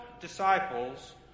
disciples